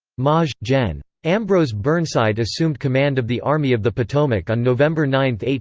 maj. gen. ambrose burnside assumed command of the army of the potomac on november nine,